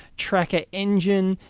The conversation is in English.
tracker engine,